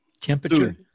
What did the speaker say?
Temperature